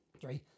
three